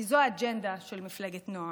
כי זו האג'נדה של מפלגת נעם.